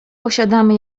posiadamy